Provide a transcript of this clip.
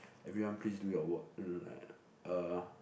everyone please do your work like uh